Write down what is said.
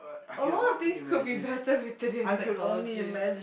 a lot of things could be better with today's technology